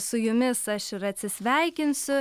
su jumis aš ir atsisveikinsiu